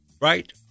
right